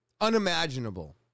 unimaginable